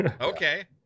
okay